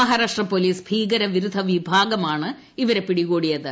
Maharashtra police ഭീകരവിരുദ്ധ വിഭാഗമാണ് ഇവരെ പിടികൂടിയത്